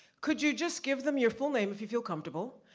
could you just give them your full name if you feel comfortable,